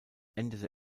endete